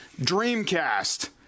Dreamcast